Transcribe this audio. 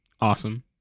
Awesome